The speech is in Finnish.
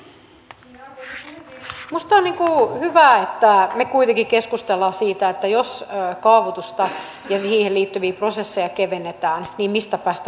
minusta on hyvä että me kuitenkin keskustelemme siitä että jos kaavoitusta ja siihen liittyviä prosesseja kevennetään niin mistä päästä lähdetään liikkeelle